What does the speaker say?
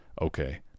okay